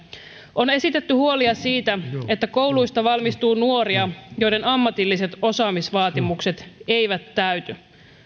on esitetty huolia siitä että kouluista valmistuu nuoria joiden ammatilliset osaamisvaatimukset eivät täyty